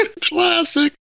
Classic